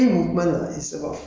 eh